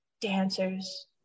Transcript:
dancers